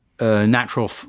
Natural